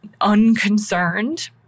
unconcerned